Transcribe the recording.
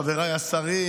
חבריי השרים,